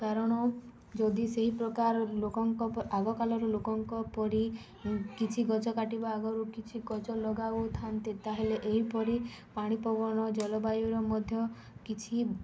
କାରଣ ଯଦି ସେହି ପ୍ରକାର ଲୋକଙ୍କ ଆଗକାଳର ଲୋକଙ୍କ ପରି କିଛି ଗଛ କାଟିବା ଆଗରୁ କିଛି ଗଛ ଲଗାଉଥାନ୍ତେ ତା'ହେଲେ ଏହିପରି ପାଣି ପବନ ଜଳବାୟୁୁର ମଧ୍ୟ କିଛି